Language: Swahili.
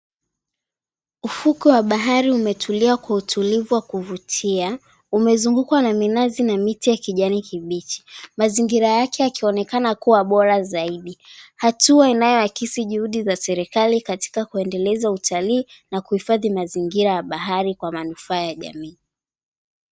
Ufuko wa bahari umetulia kwa utulivu wa kuvutia. Umezungukwa na minazi na miti ya kijani kibichi, mazingira yake yakionekana kuwa bora zaidi, hatua inayoakisi juhudi ya serikali katika kuendeleza sekta ya utalii na kuhifadhi mazingira ya bahari kwa manufaa ya jamii.